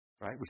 Right